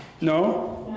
no